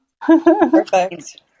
Perfect